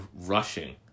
rushing